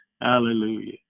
Hallelujah